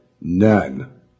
none